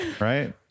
Right